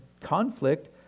conflict